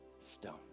stone